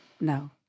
No